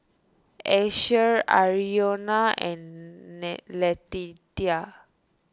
Asher Arizona and Letitia